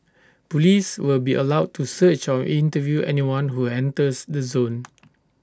Police will be allowed to search or interview anyone who enters the zone